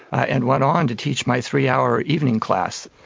and went on to teach my three-hour evening class.